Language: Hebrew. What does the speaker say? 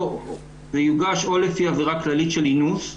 שזה יוגש לפי עבירה כללית של אינוס.